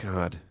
God